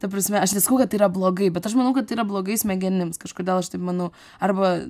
ta prasme aš nesakau kad tai yra blogai bet aš manau kad tai yra blogai smegenims kažkodėl aš taip manau arba